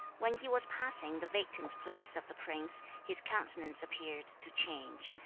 when he was passing the vacant place of the prince, his countenance appeared to change,